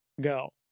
Go